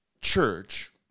church